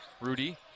Rudy